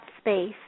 space